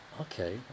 Okay